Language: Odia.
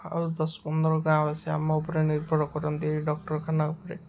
ଆଉ ଦଶ ପନ୍ଦର ଗାଁ ଆସ ଆମ ଉପରେ ନିର୍ଭର କରନ୍ତି ଡକ୍ଟରଖାନା ଉପରେ